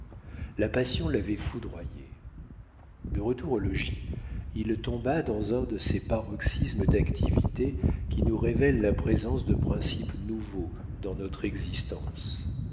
la passion l'avait foudroyé de retour au logis il tomba dans un de ces paroxysmes d'activité qui nous révèlent la présence de principes nouveaux dans notre existence